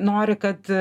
nori kad